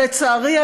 לצערי,